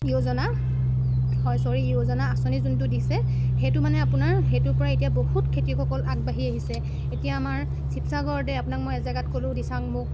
য়োজনা হয় ছ'ৰি য়োজনা আঁচনি যোনটো দিছে সেইটো মানে আপোনাৰ সেইটোৰ পৰা এতিয়া বহুত খেতিয়কসকল আগবাঢ়ি আহিছে এতিয়া আমাৰ শিৱসাগৰতে আপোনাক এজেগাত ক'লো দিচাংমুখ